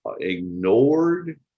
ignored